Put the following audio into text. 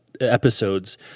episodes